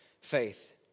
faith